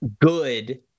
good